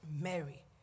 Mary